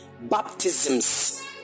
baptisms